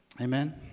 Amen